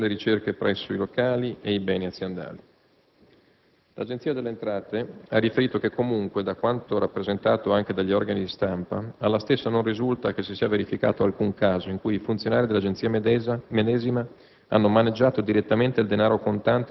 Pertanto, sono legittime le ricerche presso i locali e i beni aziendali. L'Agenzia delle entrate ha riferito che, comunque, da quanto rappresentato anche dagli organi di stampa, alla stessa non risulta che si sia verificato alcun caso in cui i funzionari dell'Agenzia medesima